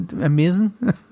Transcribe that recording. amazing